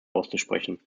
auszusprechen